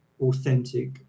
authentic